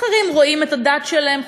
אחרים רואים את הדת שלהם,